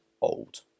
old